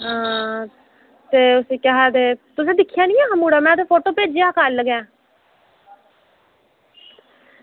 ते तुसें दिक्खेआ निं हा मुड़ा ते नुहाड़ा फोटो भेजेआ हा कल्ल गै